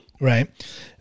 Right